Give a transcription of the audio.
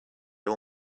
all